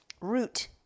root